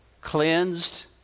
cleansed